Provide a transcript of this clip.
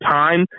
time